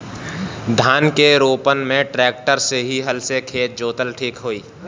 धान के रोपन मे ट्रेक्टर से की हल से खेत जोतल ठीक होई?